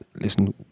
listen